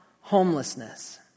homelessness